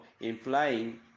implying